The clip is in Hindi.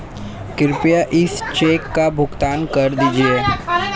कृपया इस चेक का भुगतान कर दीजिए